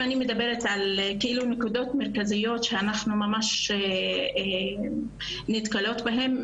אם אני מדברת על הנקודות המרכזיות שאנחנו נתקלות בהן,